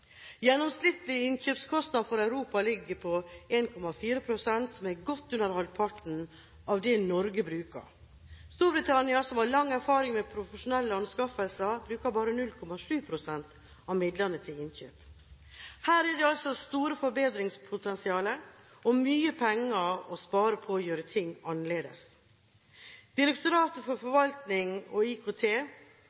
Gjennomsnittlig innkjøpskostnad for Europa ligger på 1,4 pst., som er godt under halvparten av det Norge bruker. Storbritannia, som har lang erfaring med profesjonelle anskaffelser, bruker bare 0,7 pst. av midlene til innkjøp. Her er det altså stort forbedringspotensial og mye penger å spare på å gjøre ting annerledes. Direktoratet for